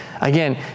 Again